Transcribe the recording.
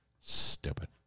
Stupid